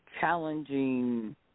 challenging